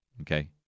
okay